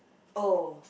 oh